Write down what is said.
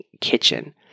kitchen